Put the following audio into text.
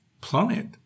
planet